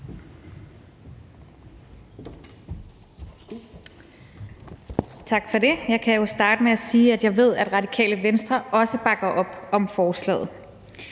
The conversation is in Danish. Tak for det. Jeg kan jo starte med at sige, at jeg ved, at Radikale Venstre også bakker op om forslaget.